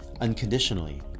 unconditionally